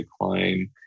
decline